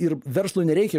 ir verslui nereikia